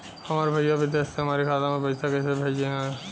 हमार भईया विदेश से हमारे खाता में पैसा कैसे भेजिह्न्न?